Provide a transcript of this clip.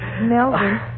Melvin